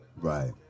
Right